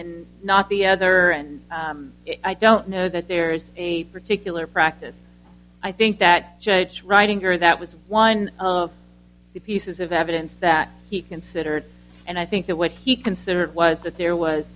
and not the other and i don't know that there's a particular practice i think that judge writing or that was one of the pieces of evidence that he considered and i think that what he considered was that there was